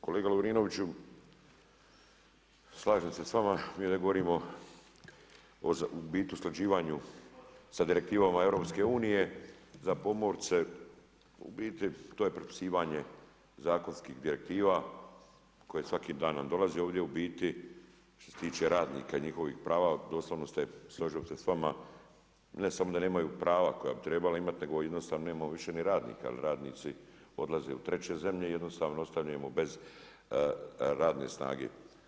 Kolega Lovirnoviću, slažem se s vama, mi ne govorimo u biti usklađivanju sa direktivama EU, za pomoć se u biti, to je prepisivanje zakonskih direktiva, koje svaki dan nam dolaze ovdje u biti, što se tiče radnika i njihovih prava, složio bi se s vama, ne samo da nemaju prava, koja bi trebala imati, nego jednostavno, nemamo više ni radnika, jer radnici odlaze u treće zemlje i jednostavno ostanemo bez radne snage.